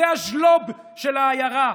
זה הז'לוב של העיירה,